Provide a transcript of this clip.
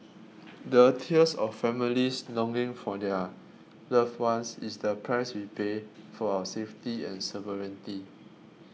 the tears of families longing for their loved ones is the price we pay for our safety and sovereignty